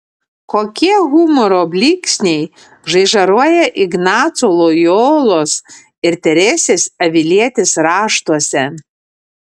kokie humoro blyksniai žaižaruoja ignaco lojolos ir teresės avilietės raštuose